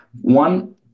one